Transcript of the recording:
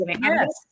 Yes